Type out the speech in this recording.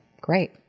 great